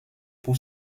pour